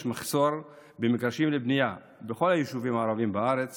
היום יש מחסור במגרשים לבנייה בכל היישובים הערביים בארץ